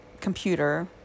computer